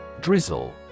Drizzle